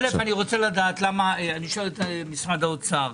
אני שואל את משרד האוצר.